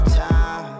time